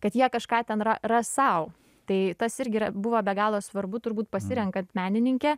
kad jie kažką ten ra ras sau tai tas irgi yra buvo be galo svarbu turbūt pasirenkant menininkę